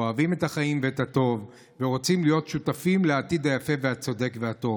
אוהבים את החיים ואת הטוב ורוצים להיות שותפים לעתיד היפה והצודק והטוב.